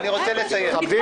אני רוצה לסיים.